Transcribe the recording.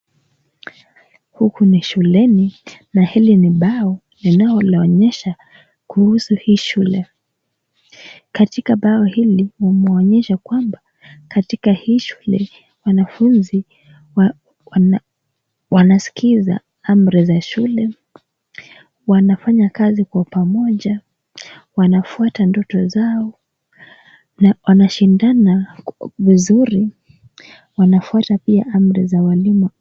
Huku ni shuleni na hili ni bao linaloonyesha kuhusu hii shule, Katika bao hili imeonyesha kwamba katika hii shule wanafunzi wanaskiza amri za shule, Wanafanya kazi kwa pamoja, Wanafuata ndoto zao na wanashindana vizuri na wanafuata pia amri za walimu.